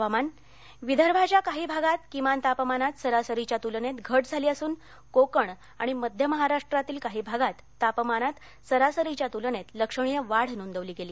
हवामान विदर्भाच्या काही भागांत किमान तापमानांत सरासरीच्या तुलनेत घट झाली असून कोकण आणि मध्य महाराष्ट्रातील काही भागांत तापमानांत सरासरीच्या तुलनेत लक्षणीय वाढ नोंदवली गेली